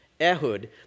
Ehud